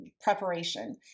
preparation